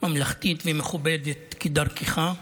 ממלכתית ומכובדת, כדרכך.